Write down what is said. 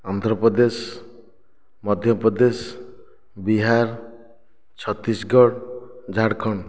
Andhra Pradesh Madhya Pradesh Bihar Chhattisgarh Jharkhand